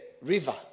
river